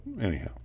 anyhow